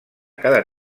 cada